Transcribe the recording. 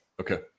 Okay